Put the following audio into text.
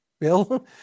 Bill